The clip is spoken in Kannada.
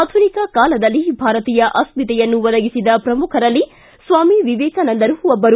ಆಧುನಿಕ ಕಾಲದಲ್ಲಿ ಭಾರತೀಯತೆಯ ಅಸ್ಥಿತೆಯನ್ನು ಒದಗಿಸಿದ ಪ್ರಮುಖರಲ್ಲಿ ಸ್ವಾಮಿ ವಿವೇಕಾನಂದರು ಒಬ್ಬರು